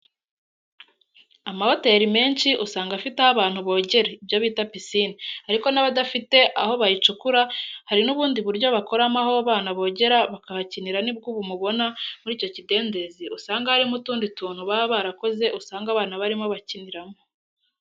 Amahoteli menshi usanga afite aho bantu bogera ibyo bita pisine ariko n'abadafite aho bayicukura hari n'ubundi buryo bakoramo aho abana bogera bakahakinira nibwo ubu mubona muri icyo kidendezi usanga harimo utundi tuntu baba barakoze usanga abana barimo bakiniramo.